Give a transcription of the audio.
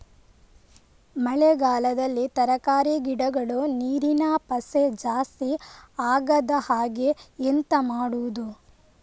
ಮಳೆಗಾಲದಲ್ಲಿ ತರಕಾರಿ ಗಿಡಗಳು ನೀರಿನ ಪಸೆ ಜಾಸ್ತಿ ಆಗದಹಾಗೆ ಎಂತ ಮಾಡುದು?